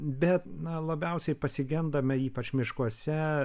bet na labiausiai pasigendame ypač miškuose